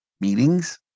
meetings